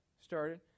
started